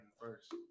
first